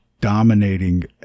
dominating